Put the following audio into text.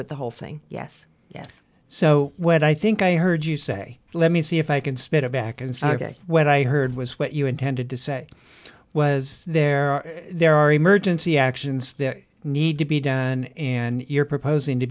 with the whole thing yes yes so when i think i heard you say let me see if i can spin it back and say ok when i heard was what you intended to say was there are there are emergency actions that need to be done and you're proposing to